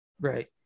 Right